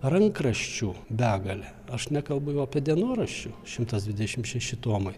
rankraščių begalė aš nekalbu jau apie dienoraščių šimtas dvidešim šeši tomai